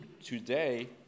Today